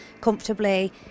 comfortably